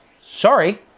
Sorry